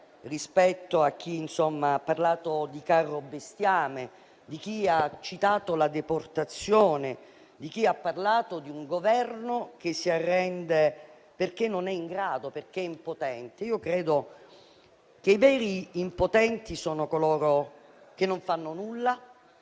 riferisco a chi ha parlato di carro bestiame, a chi ha citato la deportazione, a chi ha parlato di un Governo che si arrende perché non è in grado, perché è impotente. Credo che i veri impotenti siano coloro che non fanno nulla,